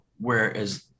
whereas